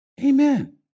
Amen